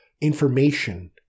information